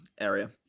area